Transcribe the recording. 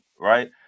Right